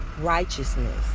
righteousness